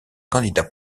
candidats